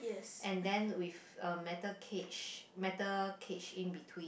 and then with a metal cage metal cage in between